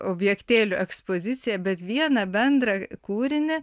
objektėlių ekspozicija bet vieną bendrą kūrinį